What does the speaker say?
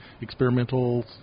experimental